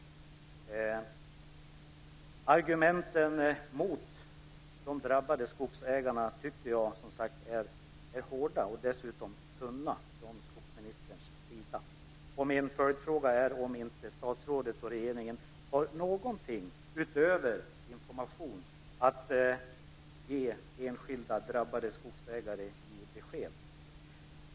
Ministerns argument mot de drabbade skogsägarna tycker jag är hårda och dessutom tunna. Min följdfråga är om inte statsrådet och regeringen har någonting utöver information att ge enskilda drabbade skogsägare som besked.